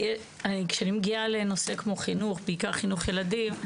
כשאני מגיעה לנושא כמו חינוך, בעיקר חינוך ילדים,